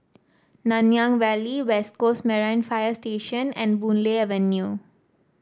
Nanyang Valley West Coast Marine Fire Station and Boon Lay Avenue